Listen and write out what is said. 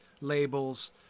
labels